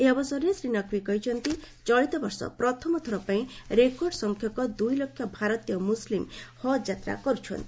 ଏହି ଅବସରରେ ଶ୍ରୀ ନକ୍ଭି କହିଛନ୍ତି ଚଳିତ ବର୍ଷ ପ୍ରଥମ ଥର ପାଇଁ ରେକର୍ଡ ସଂଖ୍ୟକ ଦୁଇ ଲକ୍ଷ ଭାରତୀୟ ମୁସଲିମ୍ ହଜ୍ଯାତ୍ରା କରୁଛନ୍ତି